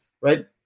right